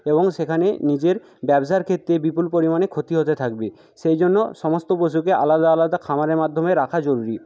এবং সেখানে নিজের ব্যবসার ক্ষেত্রে বিপুল পরিমাণে ক্ষতি হতে থাকবে সেই জন্য সমস্ত পশুকে আলাদা আলাদা খামারের মাধ্যমে রাখা জরুরি